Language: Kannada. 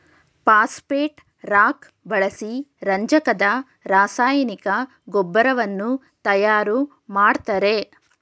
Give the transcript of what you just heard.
ಪಾಸ್ಪೆಟ್ ರಾಕ್ ಬಳಸಿ ರಂಜಕದ ರಾಸಾಯನಿಕ ಗೊಬ್ಬರವನ್ನು ತಯಾರು ಮಾಡ್ತರೆ